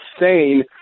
insane